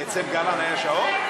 אצל גלנט היה שעון?